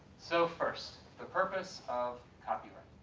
so first, the purpose of copyright.